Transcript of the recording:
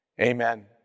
Amen